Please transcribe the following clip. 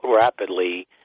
rapidly